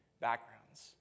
backgrounds